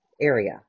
area